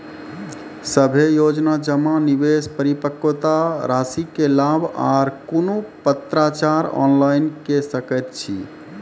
सभे योजना जमा, निवेश, परिपक्वता रासि के लाभ आर कुनू पत्राचार ऑनलाइन के सकैत छी?